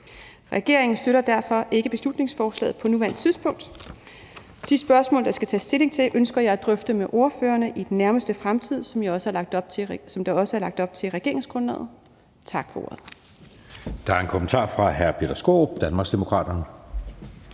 Regeringen støtter derfor ikke beslutningsforslaget på nuværende tidspunkt. De spørgsmål, der skal tages stilling til, ønsker jeg at drøfte med ordførerne i den nærmeste fremtid, hvilket der også er lagt op til i regeringsgrundlaget. Tak for ordet.